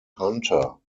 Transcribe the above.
hunter